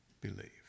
believe